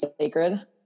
sacred